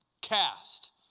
Cast